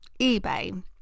eBay